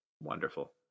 Wonderful